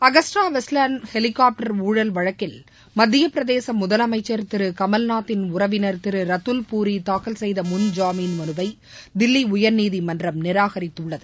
Agusta வழக்கில் மத்தியப்பிரதேச முதலமைச்சர் திரு கமல்நாத்தின் உறவினர் திரு ரத்துல்பூரி தாக்கல் செய்த முன்ஜாமீன் மனுவை தில்லி உயர்நீதிமன்றம் நிராகரித்துள்ளது